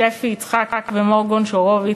שפי יצחק ומור גונשורוביץ.